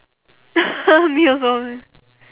me also